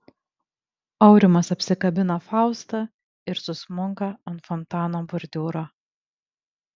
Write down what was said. aurimas apsikabina faustą ir susmunka ant fontano bordiūro